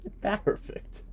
Perfect